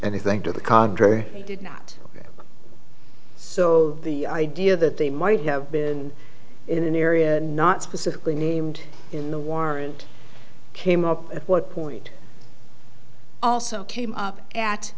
anything to the contrary they did not so the idea that they might have been in an area not specifically named in the warrant came up at what point also came up at